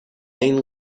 این